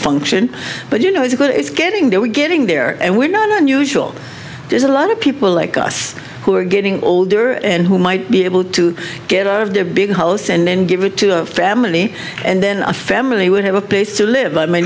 function but you know it's good it's getting there we're getting there and we're not unusual there's a lot of people like us who are getting older and who might be able to get out of their big house and then give it to a family and then a family would have a place to live